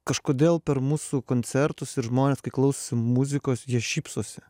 kažkodėl per mūsų koncertus ir žmones kai klausai muzikos jie šypsosi